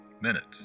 minutes